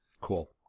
Cool